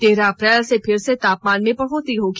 तेरह अप्रैल से फिर तापमान में बढ़ोतरी होगा